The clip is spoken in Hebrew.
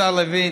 השר לוין,